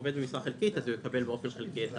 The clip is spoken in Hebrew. עובד במשרה חלקית אז הוא יקבל באופן חלקי את